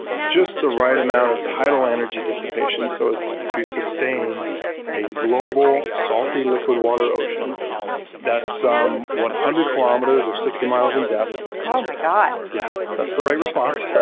just the right amount of tidal energy dissipation so as to sustain a global salty liquid water ocean that's one hundred kilometers or sixty miles in depth. oh my god yeah, that's the right response.